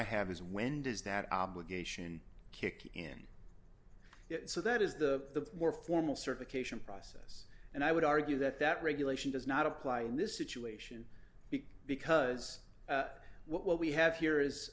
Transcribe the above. i have is when does that obligation kick in so that is the more formal certification process and i would argue that that regulation does not apply in this situation because what we have here is